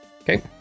Okay